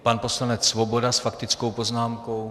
Pan poslanec Svoboda s faktickou poznámkou.